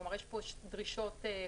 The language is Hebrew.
כלומר יש פה דרישות כפולות.